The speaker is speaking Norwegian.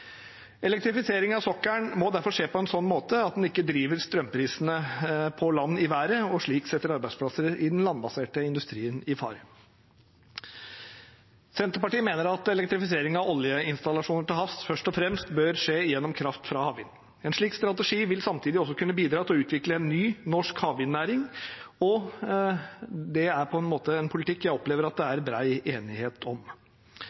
Elektrifisering av sokkelen må derfor skje på en slik måte at en ikke driver strømprisene på land i været og slik setter arbeidsplasser i den landbaserte industrien i fare. Senterpartiet mener at elektrifisering av oljeinstallasjoner til havs først og fremst bør skje gjennom kraft fra havvind. En slik strategi vil samtidig også kunne bidra til å utvikle en ny, norsk havvindnæring, og det er på en måte en politikk jeg opplever det er bred enighet om.